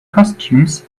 costumes